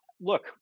look